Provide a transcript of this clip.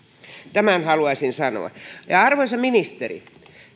tämän halusin sanoa arvoisa ministeri